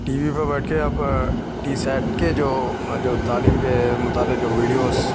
T V پہ بیٹھ کے اب ٹی سیٹ کے جو جو تعلیم کے متعلق جو ویڈیوس